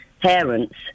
parents